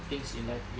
things in life yet